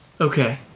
Okay